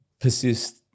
persist